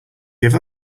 give